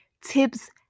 tips